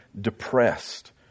depressed